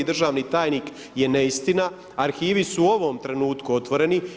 državni tajnik je neistina, arhivi su u ovom trenutku otvoreni.